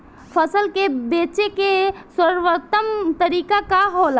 फसल के बेचे के सर्वोत्तम तरीका का होला?